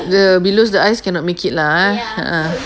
the below the eyes cannot make it lah ah